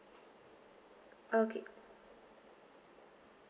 okay